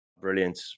Brilliant